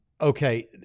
Okay